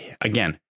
again